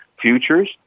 futures